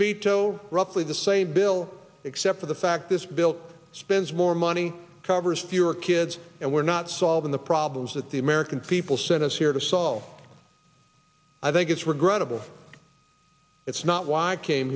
veto roughly the same bill except for the fact this bill spends more money covers fewer kids and we're not solving the problems that the american people sent us here to solve i think it's regrettable it's not why i came